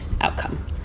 outcome